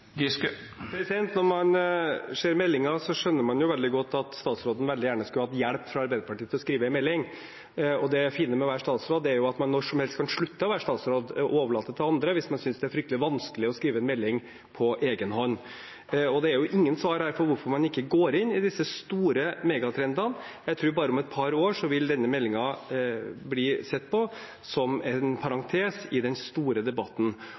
Når man ser meldingen, skjønner man veldig godt at statsråden veldig gjerne skulle hatt hjelp fra Arbeiderpartiet til å skrive en melding. Det fine med å være statsråd er jo at man når som helst kan slutte å være statsråd og overlate det til andre hvis man synes det er fryktelig vanskelig å skrive en melding på egen hånd. Her er det ingen svar på hvorfor man ikke går inn i disse store megatrendene. Jeg tror at om bare et par år vil denne meldingen bli sett på som en parentes i den store debatten.